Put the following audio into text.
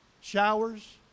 Showers